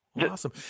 Awesome